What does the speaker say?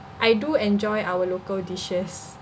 I do enjoy our local dishes